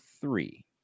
three